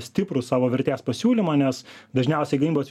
stiprų savo vertės pasiūlymą nes dažniausiai gamybos